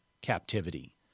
captivity